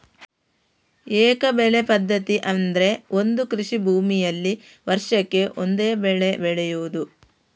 ಏಕ ಬೆಳೆ ಪದ್ಧತಿ ಅಂದ್ರೆ ಒಂದು ಕೃಷಿ ಭೂಮಿನಲ್ಲಿ ವರ್ಷಕ್ಕೆ ಒಂದೇ ಬೆಳೆ ಬೆಳೆಯುದು